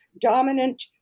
dominant